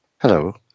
Hello